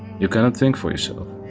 you cannot think for yourself.